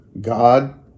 God